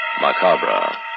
Macabre